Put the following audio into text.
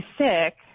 sick